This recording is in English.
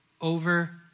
over